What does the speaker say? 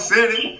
City